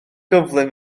gyflym